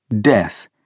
Death